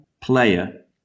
player